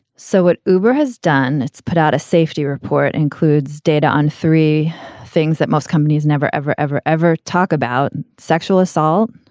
so what uber has done, it's put out a safety report includes data on three things that most companies never, ever, ever, ever talk about sexual assault,